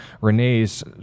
Renee's